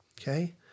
okay